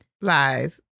lies